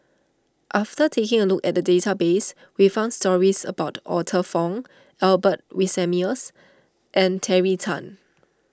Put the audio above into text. after taking a look at the database we found stories about Arthur Fong Albert Winsemius and Terry Tan